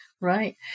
Right